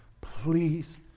please